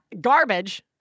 garbage